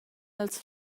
els